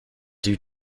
due